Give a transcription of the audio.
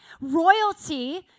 royalty